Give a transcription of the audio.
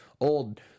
old